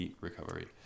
recovery